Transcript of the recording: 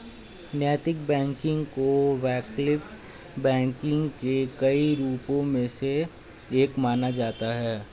नैतिक बैंकिंग को वैकल्पिक बैंकिंग के कई रूपों में से एक माना जाता है